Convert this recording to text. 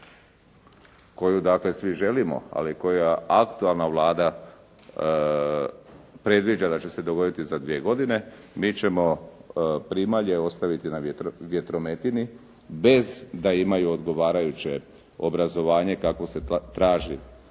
koju dakle svi želimo, ali koja aktualana vlada predviđa da će se dogoditi za dvije godine, mi ćemo primalje ostaviti na vjerometini bez da imaju odgovarajuće obrazovanje kakvo se traži